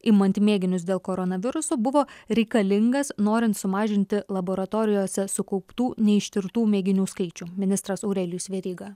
imant mėginius dėl koronaviruso buvo reikalingas norint sumažinti laboratorijose sukauptų neištirtų mėginių skaičių ministras aurelijus veryga